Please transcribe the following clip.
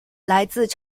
来自